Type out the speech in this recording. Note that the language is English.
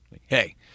Hey